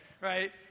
right